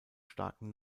starken